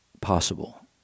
possible